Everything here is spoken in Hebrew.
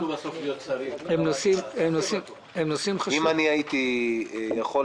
אלו הם הדברים, ונוציא סדר יום יותר מאוחר.